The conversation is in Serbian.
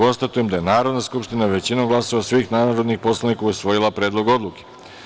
Konstatujem da je Narodna skupština, većinom glasova svih narodnih poslanika, usvojila Predlog odluke.